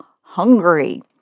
hungry